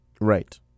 Right